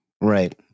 right